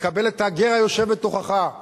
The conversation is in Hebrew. וקבל את הגר היושב בתוכך.